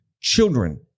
children